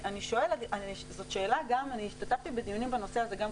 אז אני מבקש אל תגידי לא בביטחון מלא משום